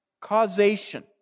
Causation